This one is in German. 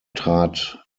trat